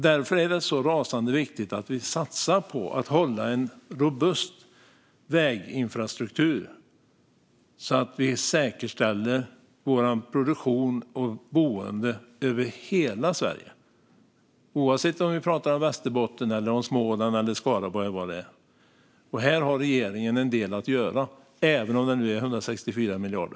Därför är det så rasande viktigt att vi satsar på att hålla en robust väginfrastruktur, så att vi säkerställer produktion och boende över hela Sverige, oavsett om vi pratar om Västerbotten, Småland, Skaraborg eller någon annan del av landet. Här har regeringen en del att göra, även om det satsas 164 miljarder.